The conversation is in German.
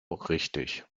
richtig